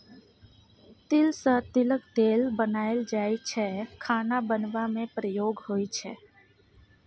तिल सँ तिलक तेल बनाएल जाइ छै खाना बनेबा मे प्रयोग होइ छै